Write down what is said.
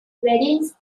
weddings